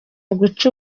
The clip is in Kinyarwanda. uguca